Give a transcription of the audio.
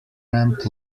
ramp